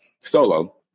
solo